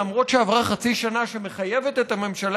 למרות שעברה חצי שנה שמחייבת את הממשלה